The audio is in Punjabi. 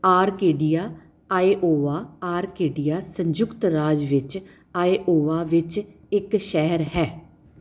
ਆਰਕੇਡੀਆ ਆਇਓਵਾ ਆਰਕੇਡੀਆ ਸੰਯੁਕਤ ਰਾਜ ਵਿੱਚ ਆਇਓਵਾ ਵਿੱਚ ਇੱਕ ਸ਼ਹਿਰ ਹੈ